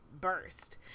Burst